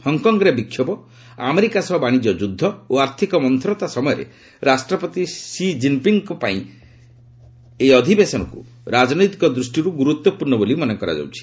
ହଂକଂରେ ବିକ୍ଷୋଭ ଆମେରିକା ସହ ବାଣିଜ୍ୟ ଯୁଦ୍ଧ ଓ ଆର୍ଥିକ ମନ୍ଥରତା ସମୟରେ ରାଷ୍ଟ୍ରପତି ସି ଜିନ୍ପିଙ୍ଗ୍ଙ୍କ ପାଇଁ ଏହି ଅଧିବେଶନକୁ ରାଜନୈତିକ ଦୃଷ୍ଟିରୁ ଗୁରୁଡ୍ପୂର୍ଣ୍ଣ ବୋଲି ମନେ କରାଯାଉଛି